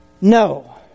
No